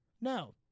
No